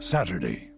Saturday